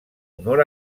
honor